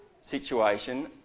situation